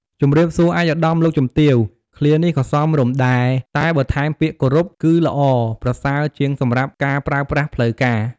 ជំរាបសួរឯកឧត្តម លោកជំទាវ ឃ្លានេះក៏សមរម្យដែរ តែបើថែមពាក្យ "គោរព" គឺល្អប្រសើរជាងសម្រាប់ការប្រើប្រាស់ផ្លូវការ។